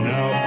Now